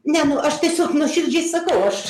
nes nu aš tiesiog nuoširdžiai sakau aš